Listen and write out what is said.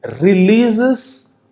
releases